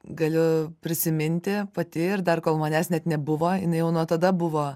galiu prisiminti pati ir dar kol manęs net nebuvo jinai jau nuo tada buvo